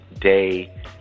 day